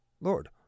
Lord